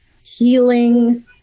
healing